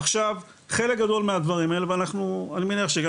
עכשיו חלק גדול מהדברים האלה ואני מניח שגם